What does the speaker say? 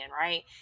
right